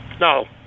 No